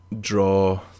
draw